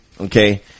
okay